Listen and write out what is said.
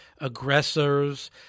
aggressors